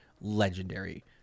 legendary